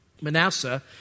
Manasseh